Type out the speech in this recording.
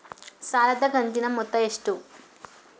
ಸಾಲದ ಕಂತಿನ ಮೊತ್ತ ಎಷ್ಟು?